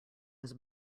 his